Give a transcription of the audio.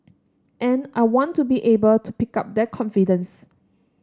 and I want to be able to pick up that confidence